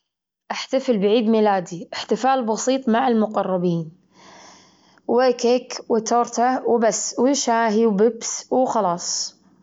أحب الاسترخاء والجلوس مع العائلة. هذا الشيء اللي أنا أحبه أسويه نهاية الأسبوع.